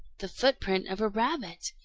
the footprint of a rabbit,